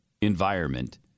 environment